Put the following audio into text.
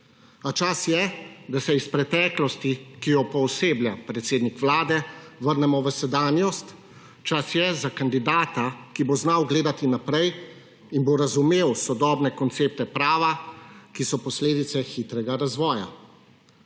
čas je, da se iz preteklosti, ki jo pooseblja predsednik vlade, vrnemo v sedanjost. Čas je za kandidata, ki bo znal gledati naprej in bo razumel sodobne koncepte prava, ki so posledice hitrega razvoja.